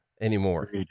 anymore